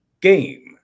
game